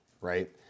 right